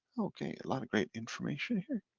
okay, a lot of great information here.